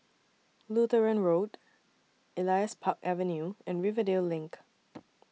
Lutheran Road Elias Park Avenue and Rivervale LINK